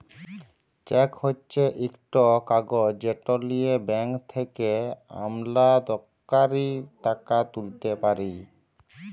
cheque হছে ইকট কাগজ যেট লিঁয়ে ব্যাংক থ্যাকে আমলাতকারী টাকা তুইলতে পারে